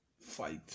fight